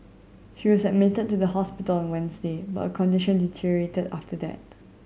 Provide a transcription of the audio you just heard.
she was admitted to the hospital on Wednesday but condition deteriorated after that